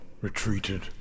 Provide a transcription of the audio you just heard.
retreated